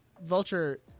vulture